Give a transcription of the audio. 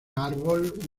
árbol